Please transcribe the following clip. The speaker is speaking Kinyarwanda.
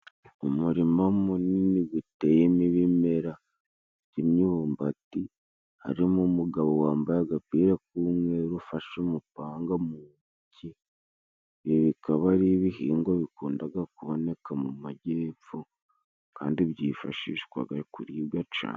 Umurima munini guteyemo ibimera by'imyumbati, harimo umugabo wambaye agapira k'umweru. Ufashe umupanga mu ntoki ibi bikaba ari ibihingwa, bikundaga kuboneka mu majyepfo. Kandi byifashishwaga kuribwa cane.